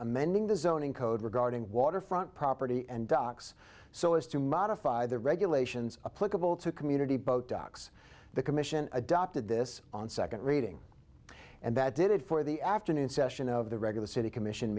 zoning code regarding waterfront property and docks so as to modify the regulations political to community boat docks the commission adopted this on second reading and that did it for the afternoon session of the regular city commission